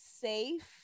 safe